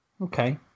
Okay